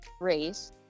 race